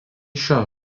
šio